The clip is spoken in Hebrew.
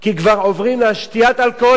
כי כבר עוברים לשתיית אלכוהול.